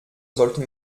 sollte